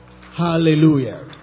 Hallelujah